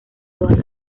todas